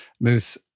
Moose